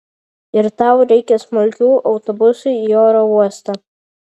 ir tau reikia smulkių autobusui į oro uostą